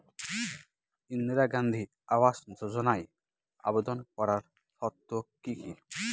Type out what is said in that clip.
ইন্দিরা গান্ধী আবাস যোজনায় আবেদন করার শর্ত কি কি?